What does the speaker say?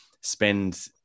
spend